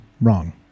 wrong